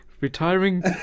retiring